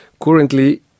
Currently